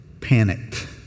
panicked